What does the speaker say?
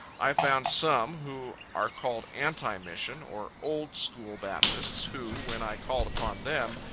i found some who are called anti-mission, or old school baptists, who, when i called upon them,